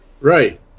Right